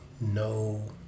no